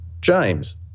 James